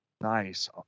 Nice